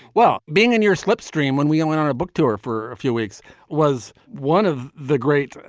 well, being in your slipstream when we all went on a book tour for a few weeks was one of the great.